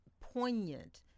poignant